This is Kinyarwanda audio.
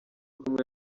kumwe